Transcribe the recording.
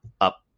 up